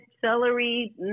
celery